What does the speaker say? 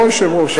לא, היושב-ראש?